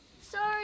Sorry